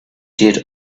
did